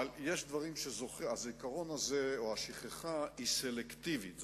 אבל הזיכרון הזה, או השכחה, הם סלקטיביים.